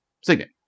Signet